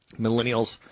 Millennials